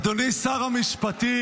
אדוני שר המשפטים,